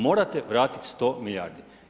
Morate vratiti 100 milijardi.